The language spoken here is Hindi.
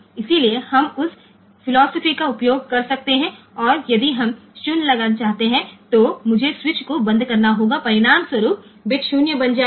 इसलिए हम उस फिलॉसफी का उपयोग कर सकते हैं और यदि हम 0 लगाना चाहते हैं तो मुझे स्विच को बंद करना होगा परिणामस्वरुप बिट 0 बन जाएगा